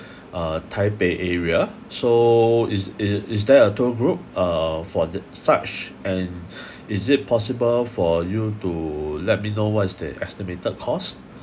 uh taipei area so is is is there a tour group uh for the such and is it possible for you to let me know what's the estimated costs